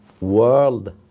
world